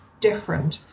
different